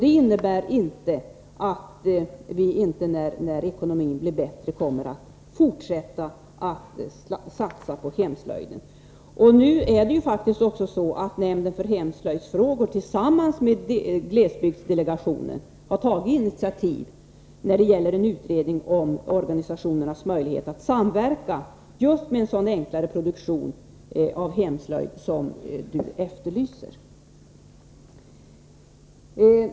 Det innebär inte att vi inte kommer att fortsätta att satsa på hemslöjden, när ekonomin blir bättre. Nämnden för hemslöjdsfrågor har tillsammans med glesbygdsdelegationen tagit initiativ till en utredning om organisationernas möjligheter att samverka just med en sådan enklare produktion av hemslöjd som Per-Ola Eriksson efterlyser.